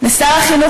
יושב פה שר,